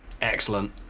Excellent